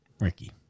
Ricky